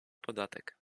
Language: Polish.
podatek